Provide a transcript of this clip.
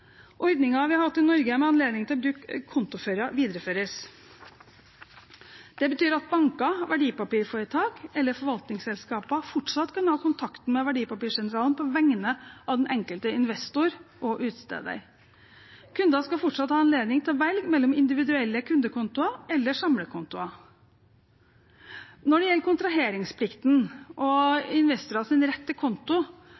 vi har hatt i Norge med anledning til å bruke kontoførere videreføres. Det betyr at banker, verdipapirforetak eller forvaltningsselskaper fortsatt kan ha kontakten med Verdipapirsentralen på vegne av den enkelte investor og utsteder. Kunder skal fortsatt ha anledning til å velge mellom individuelle kundekontoer eller samlekontoer. Når det gjelder kontraheringsplikten